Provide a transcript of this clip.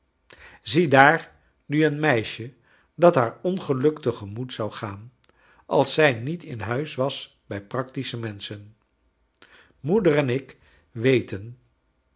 ziedaar nu een meisje dat liaar ongeluk tegemoet zou gaan als zij niet in huis was bij practische menschen moeder en ik weten